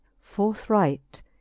forthright